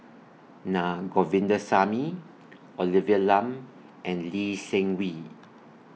Na Govindasamy Olivia Lum and Lee Seng Wee